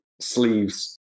sleeves